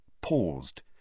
paused